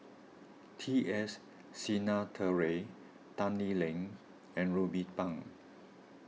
T S Sinnathuray Tan Lee Leng and Ruben Pang